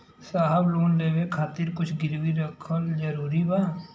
साहब लोन लेवे खातिर कुछ गिरवी रखल जरूरी बा?